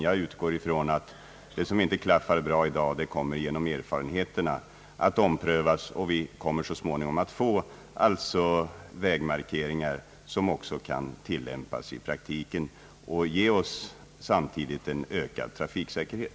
Jag utgår ifrån att det som inte klaffar bra i dag kommer, sedan vi vunnit erfarenheter, att anpassas så att vi kommer att få vägmarkeringar, som också kan tilllämpas i praktiken och samtidigt ge oss ökad trafiksäkerhet.